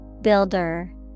builder